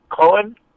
Cohen